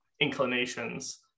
inclinations